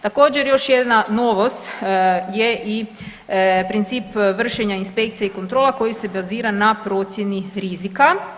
Također, još jedna novost je i princip vršenja inspekcija i kontrola koji se bazira na procjeni rizika.